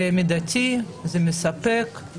זה מידתי, זה מספק.